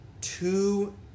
two